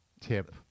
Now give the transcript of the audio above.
tip